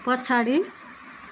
पछाडि